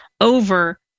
over